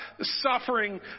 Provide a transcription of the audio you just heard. suffering